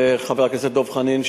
חבר הכנסת דב חנין,